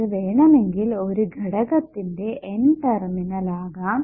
ഇത് വേണമെങ്കിൽ ഒരു ഘടകത്തിന്റെ N ടെർമിനൽ ആകാം